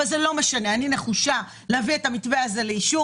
אני נחושה להביא את המתווה לאישור,